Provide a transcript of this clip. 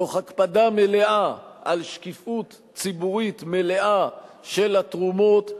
תוך הקפדה מלאה על שקיפות ציבורית מלאה של התרומות,